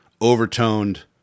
overtoned